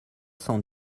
cent